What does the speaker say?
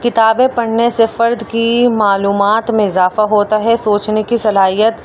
کتابیں پڑھنے سے فرد کی معلومات میں اضافہ ہوتا ہے سوچنے کی صلاحیت